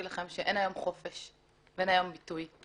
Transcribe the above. לכם שאין היום חופש ואין היום ביטוי.